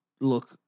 look